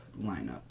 lineup